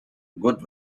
good